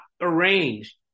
arranged